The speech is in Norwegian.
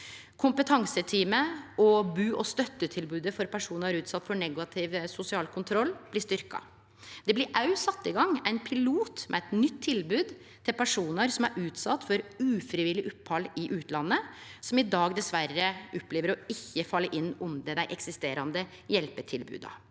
Kompetanseteamet og bu- og støttetilbodet for personar utsette for negativ sosial kontroll blir styrkt. Det blir òg sett i gang ein pilot med eit nytt tilbod til personar som er utsette for ufrivillig opphald i utlandet, som i dag dessverre opplever å ikkje falle inn under dei eksisterande hjelpetilboda.